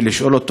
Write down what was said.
ולשאול אותו,